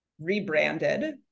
Rebranded